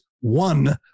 one